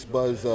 Buzz